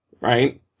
right